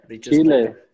Chile